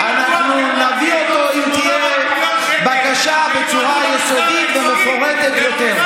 שאנחנו נביא אותו אם תהיה בקשה בצורה יסודית ומפורטת יותר.